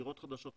דירות חדשות,